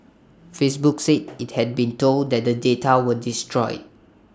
Facebook said IT had been told that the data were destroyed